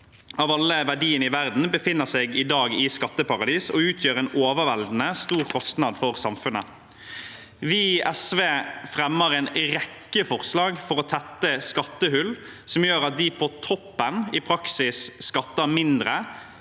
av alle verdiene i verden befinner seg i dag i skatteparadiser og utgjør en overveldende stor kostnad for samfunnet. Vi i SV fremmer en rekke forslag for å tette skattehull som gjør at de på toppen i praksis skatter en mindre